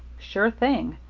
sure thing.